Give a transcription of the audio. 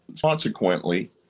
consequently